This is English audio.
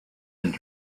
and